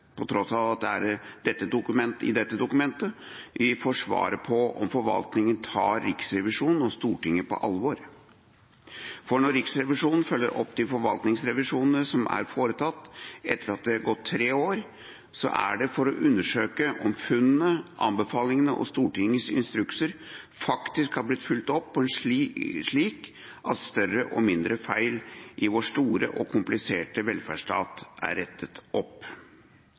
på tross av at det er i dette dokumentet vi får svaret på om forvaltningen tar Riksrevisjonen og Stortinget på alvor. For når Riksrevisjonen følger opp de forvaltningsrevisjonene som er foretatt etter at det har gått tre år, er det for å undersøke om funnene, anbefalingene og Stortingets instrukser faktisk har blitt fulgt opp slik at større og mindre feil i vår store og kompliserte velferdsstat er rettet opp.